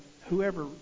whoever